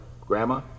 grandma